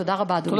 תודה רבה, אדוני.